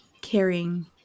caring